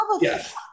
yes